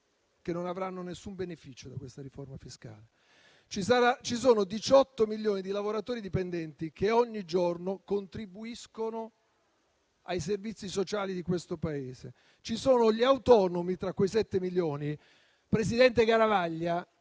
che non avranno alcun beneficio da questa riforma fiscale. Ci sono 18 milioni di lavoratori dipendenti che ogni giorno contribuiscono ai servizi sociali di questo Paese. Ci sono gli autonomi, tra quei sette milioni, presidente Garavaglia,